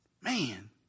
man